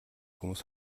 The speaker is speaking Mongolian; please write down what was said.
хүмүүс